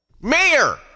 Mayor